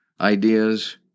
ideas